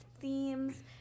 themes